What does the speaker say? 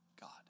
God